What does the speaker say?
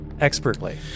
expertly